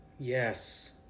Yes